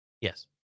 Yes